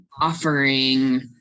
offering